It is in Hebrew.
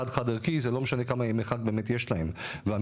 חד חד-ערכי זה לא משנה כמה ימי חג יש להם והמשתלמים